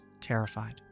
terrified